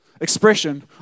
expression